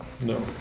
No